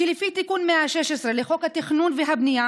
כי לפי תיקון 116 לחוק התכנון והבנייה